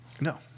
No